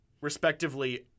respectively